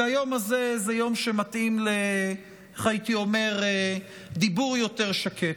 כי היום הזה הוא יום שמתאים לדיבור יותר שקט,